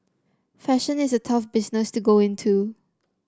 fashion is a tough business to go into